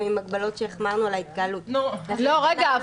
עם הגבלות שהחמרנו על ההתקהלות ------ רגע,